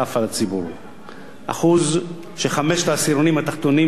1% שחמשת העשירונים התחתונים ישלמו 50% ממנו.